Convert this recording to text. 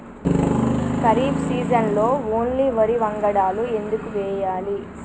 ఖరీఫ్ సీజన్లో ఓన్లీ వరి వంగడాలు ఎందుకు వేయాలి?